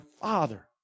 Father